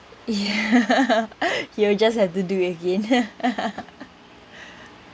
ya you just have to do it again